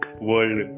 world